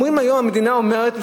היום המדינה אומרת,